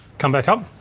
come back up.